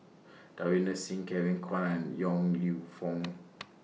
Davinder Singh Kevin Kwan and Yong Lew Foong